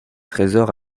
trésor